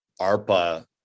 ARPA